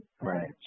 Right